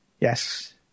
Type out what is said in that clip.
Yes